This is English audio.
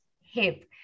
hip